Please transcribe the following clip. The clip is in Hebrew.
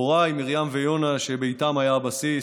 הוריי מרים ויונה, שביתם היה הבסיס,